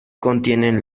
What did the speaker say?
contienen